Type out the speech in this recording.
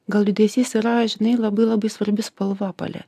gal liūdesys yra žinai labai labai svarbi spalva pale